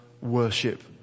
worship